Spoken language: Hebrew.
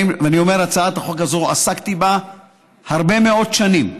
הצעת החוק הזאת, עסקתי בה הרבה מאוד שנים.